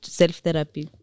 self-therapy